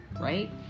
right